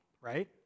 right